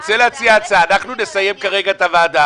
אנחנו נסיים כרגע את הוועדה.